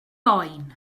oen